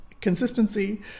consistency